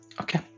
okay